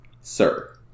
Sir